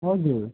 हजुर